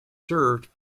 served